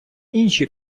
інші